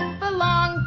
belong